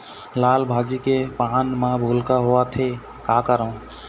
लाल भाजी के पान म भूलका होवथे, का करों?